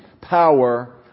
power